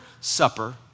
supper